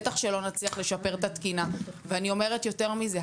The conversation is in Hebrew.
בטח שלא נצליח לשפר את התקינה ואני אומרת יותר מזה,